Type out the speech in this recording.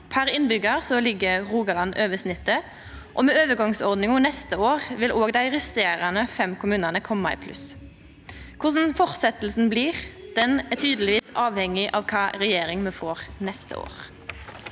Per innbyggjar ligg Rogaland over snittet, og med overgangsordninga neste år vil òg dei resterande fem kommunane koma i pluss. Korleis fortsetjinga blir, er tydelegvis avhengig av kva regjering me får neste år.